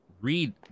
read